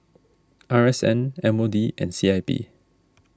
R S N M O D and C I P